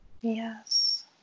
Yes